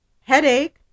headache